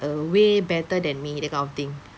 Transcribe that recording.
err way better than me that kind of thing